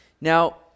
Now